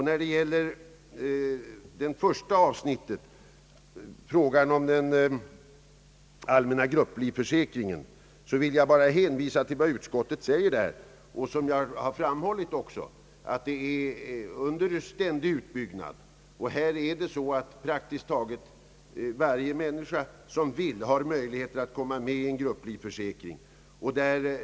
När det gäller det utlåtandets första avsnitt, frågan om den allmänna grupplivförsäkringen, vill jag bara hänvisa till vad utskottet säger och vad jag också här har framhållit, att grupplivförsäkringen är under ständig utbyggnad. I dag har praktiskt taget varje människa som vill möjlighet att komma med i en grupplivförsäkring.